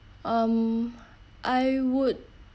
um I would